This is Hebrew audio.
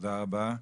תודה רבה.